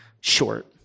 short